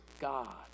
God